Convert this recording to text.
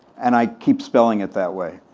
and i'd keep spelling it that way.